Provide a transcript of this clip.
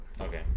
Okay